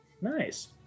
Nice